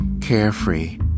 carefree